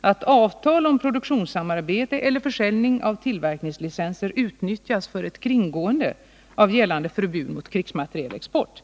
att avtal om produktionssamarbete eller försäljning av tillverkningslicenser utnyttjas för ett kringgående av gällande förbud mot krigsmaterielexport.